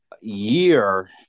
year